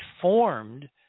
formed